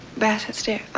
bassetts, stairs. oh,